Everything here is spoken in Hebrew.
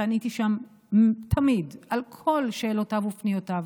ואני עניתי שם תמיד על כל שאלותיו ופניותיו